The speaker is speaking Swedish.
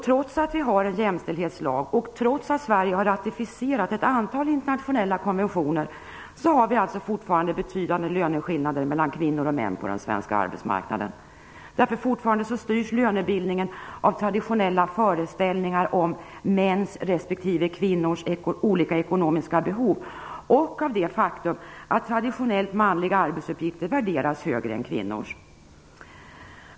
Trots att vi har en jämställdhetslag och trots att Sverige har ratificerat ett antal internationella konventioner har vi alltså fortfarande betydande löneskillnader mellan kvinnor och män på den svenska arbetsmarknaden. Fortfarande styrs nämligen lönebildningen av traditionella föreställningar om mäns respektive kvinnors olika ekonomiska behov och av det faktum att traditionellt manliga arbetsuppgifter värderas högre än kvinnors.